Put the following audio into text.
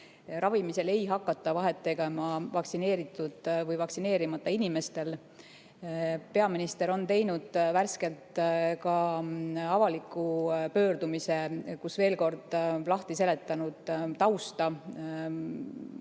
Ravimisel ei hakata vahet tegema vaktsineeritud või vaktsineerimata inimestel. Peaminister on teinud värskelt ka avaliku pöördumise, kus on veel kord lahti seletanud tausta,